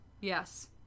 Yes